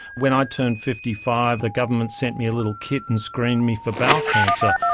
when i turned fifty five the government sent me a little kit and screened me for bowel cancer.